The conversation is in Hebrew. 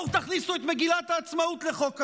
בואו תכניסו את מגילת העצמאות לחוק הלאום.